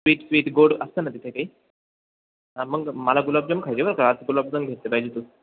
sweet sweet गोड असतं ना तिथे काही हां मग मला गुलाबजाम खायचे बरं का आज गुलाबजाम घेतले पाहिजे तू